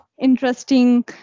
interesting